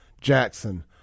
Jackson